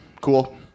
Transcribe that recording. Cool